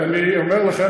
אני אומר לך,